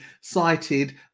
cited